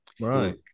right